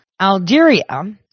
algeria